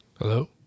Hello